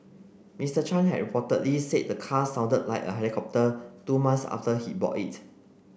Mister Chan had reportedly said the car sounded like a helicopter two months after he bought it